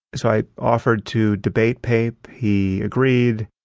so i offered to debate pape. he agreed.